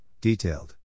detailed